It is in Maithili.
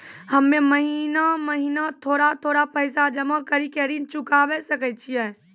हम्मे महीना महीना थोड़ा थोड़ा पैसा जमा कड़ी के ऋण चुकाबै सकय छियै?